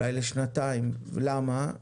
אולי לשנתיים ולמה,